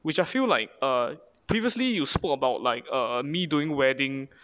which I feel like err previously you spoke about like err me doing wedding